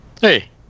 Hey